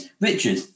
Richard